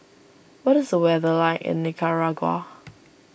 what is the weather like in Nicaragua